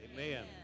Amen